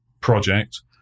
project